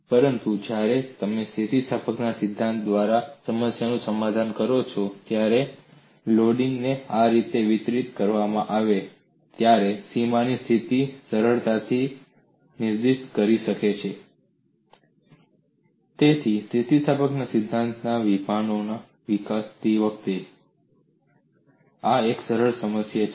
પરંતુ જ્યારે તમે સ્થિતિસ્થાપકતાના સિદ્ધાંત દ્વારા સમસ્યાનું સમાધાન કરો છો ત્યારે લોડિંગ ને આ રીતે વિતરિત કરવામાં આવે ત્યારે સીમા ની સ્થિતિ સરળતાથી નિર્દિષ્ટ થઈ શકે છે તેથી સ્થિતિસ્થાપકતાના સિદ્ધાંતમાં વિભાવનાઓ વિકસિત કરતી વખતે આ એક સરળ સમસ્યા છે